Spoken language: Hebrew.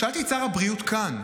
שאלתי את שר הבריאות כאן,